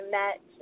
met